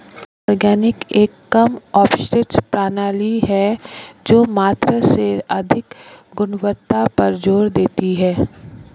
organic एक कम अपशिष्ट प्रणाली है जो मात्रा से अधिक गुणवत्ता पर जोर देती है